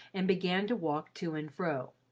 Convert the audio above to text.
and began to walk to and fro.